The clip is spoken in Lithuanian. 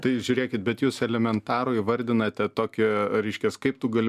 tai žiūrėkit bet jūs elementarų įvardinate tokią reiškias kaip tu gali